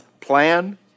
plan